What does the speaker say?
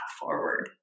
forward